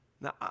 Now